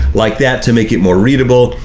like that to make it more readable,